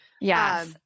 Yes